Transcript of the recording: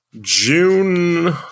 June